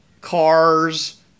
cars